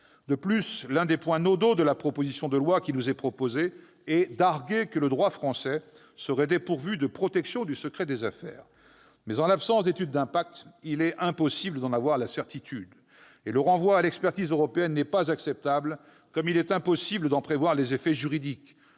De plus, l'un des points nodaux de la proposition de loi qui nous est soumise est d'arguer que le droit français serait dépourvu de protection du secret des affaires. Toutefois, en l'absence d'étude d'impact, il est impossible d'en avoir la certitude. Au reste, le renvoi à l'expertise européenne n'est pas acceptable, tout comme l'impossibilité d'en prévoir les effets juridiques.